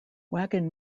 wagon